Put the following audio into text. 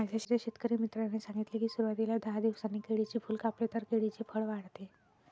माझ्या शेतकरी मित्राने सांगितले की, सुरवातीला दहा दिवसांनी केळीचे फूल कापले तर केळीचे फळ वाढते